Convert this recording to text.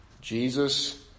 Jesus